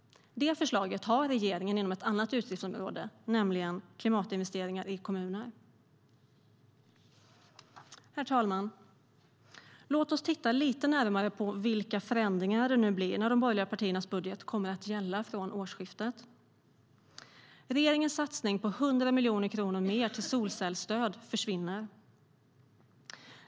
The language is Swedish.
Det förslaget har regeringen inom ett annat utgiftsområde och i anslaget för klimatinvesteringar i kommuner. Regeringens satsning på 100 miljoner kronor mer till solcellsstöd försvinner.